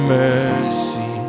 mercy